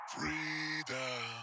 Freedom